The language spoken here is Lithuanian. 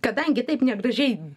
kadangi taip negražiai